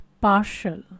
partial